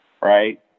right